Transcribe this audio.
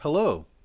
hello